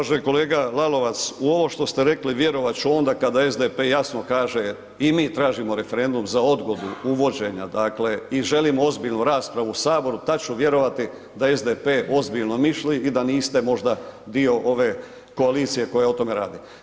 Uvaženi kolega Lalovac u ovo što ste rekli vjerovati ću onda kada SDP jasno kaže i mi tražimo referendum za odgodu uvođenja dakle i želimo ozbiljnu raspravu u Saboru tada ću vjerovati da SDP ozbiljno misli i da niste možda dio ove koalicije koja o tome radi.